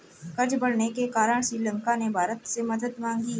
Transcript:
कर्ज बढ़ने के कारण श्रीलंका ने भारत से मदद मांगी